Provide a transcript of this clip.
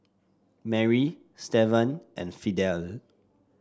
Mary Stevan and Fidel